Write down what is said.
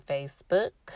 Facebook